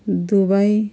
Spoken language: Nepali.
दुबई